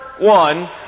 one